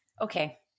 Okay